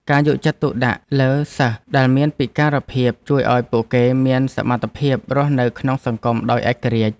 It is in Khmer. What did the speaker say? ការយកចិត្តទុកដាក់លើសិស្សដែលមានពិការភាពជួយឱ្យពួកគេមានសមត្ថភាពរស់នៅក្នុងសង្គមដោយឯករាជ្យ។